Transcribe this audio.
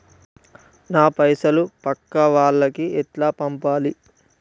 నా పైసలు పక్కా వాళ్లకి ఎట్లా పంపాలి?